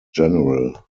general